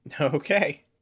okay